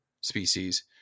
species